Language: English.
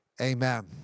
Amen